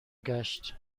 گشت